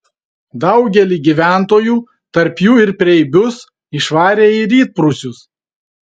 daugelį gyventojų tarp jų ir preibius išvarė į rytprūsius